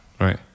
right